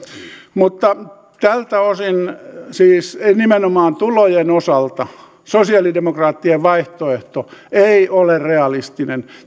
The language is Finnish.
mutta tältä osin nimenomaan tulojen osalta sosialidemokraattien vaihtoehto ei ole realistinen